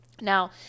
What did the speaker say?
Now